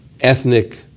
ethnic